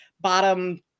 bottom